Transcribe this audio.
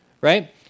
right